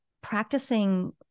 practicing